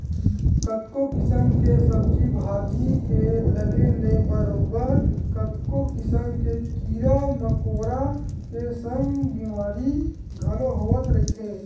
कतको किसम के सब्जी भाजी के लगे ले बरोबर कतको किसम के कीरा मकोरा के संग बेमारी घलो होवत रहिथे